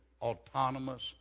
autonomous